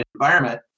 environment